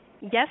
Yes